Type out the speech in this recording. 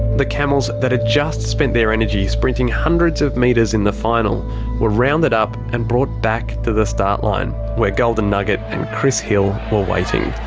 the camels that'd just spent their energy sprinting hundreds of metres in the final were rounded up, and brought back to the start line. where golden nugget and chris hill were waiting.